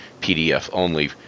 PDF-only